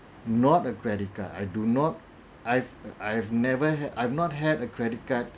not a credit card I do not I've I've never had I've not had a credit card